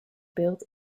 built